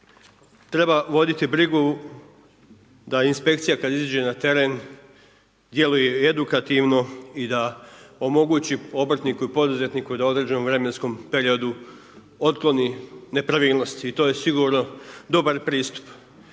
treba voditi brigu da inspekcija kad izađe na teren, djeluje i edukativno, i da omogući obrtniku i poduzetniku da u određenom vremenskom periodu otkloni nepravilnosti, i to je sigurno dobar pristup,